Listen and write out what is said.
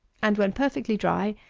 and, when perfectly dry,